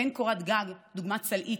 אין קורת גג דוגמת סלעית,